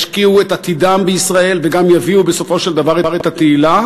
ישקיעו את עתידם בישראל וגם יביאו בסופו של דבר את התהילה,